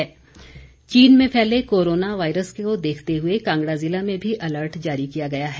corona virus चीन में फैले कोरोना वायरस को देखते हुए कांगड़ा जिला में भी अलर्ट जारी किया गया है